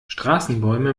straßenbäume